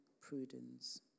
prudence